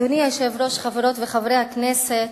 אדוני היושב-ראש, חברות וחברי הכנסת,